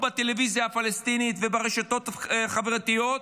בטלוויזיה הפלסטינית וברשתות החברתיות,